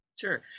Sure